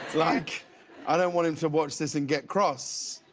like i don't want him to watch this and get cross.